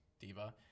Diva